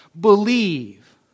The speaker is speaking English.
Believe